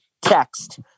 text